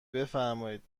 بفرمایید